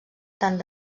tant